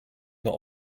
not